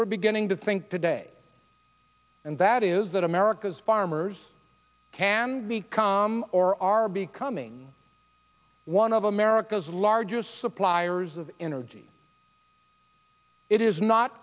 we're beginning to think today and that is that america's farmers can become or are becoming one of america's largest suppliers of energy it is not